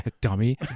dummy